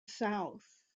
south